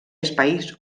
espais